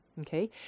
Okay